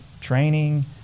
training